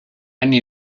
anni